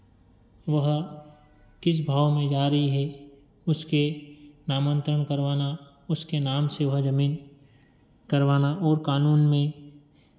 वह किस भाव में जा रही है उसके नामांतरण करवाना उसके नाम से वह ज़मीन करवाना और कानून में